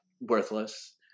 worthless